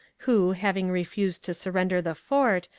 who, having refused to surrender the fort,